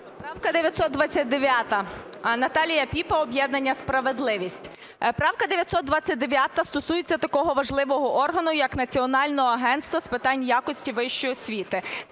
Правка 929. Наталія Піпа, об'єднання "Справедливість". Правка 929 стосується такого важливого органу як Національне агентство з питань якості вищої освіти.